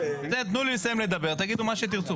תנו לי לסיים לדבר, תגידו מה שתרצו.